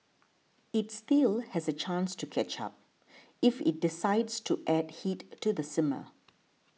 it still has a chance to catch up if it decides to add heat to the simmer